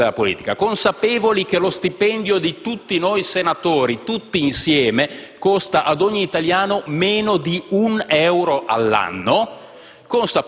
del bilancio dello Stato, consapevoli che lo stipendio di tutti noi senatori, tutti insieme, costa ad ogni italiano meno di un euro l'anno;